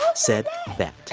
um said that?